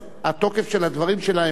אז התוקף של הדברים שלה,